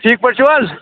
ٹھیٖک پٲٹھۍ چھُو حظ